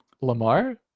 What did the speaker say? Lamar